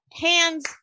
hands